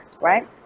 right